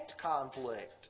conflict